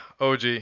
OG